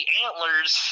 antlers